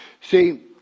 see